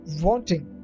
wanting